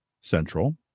Central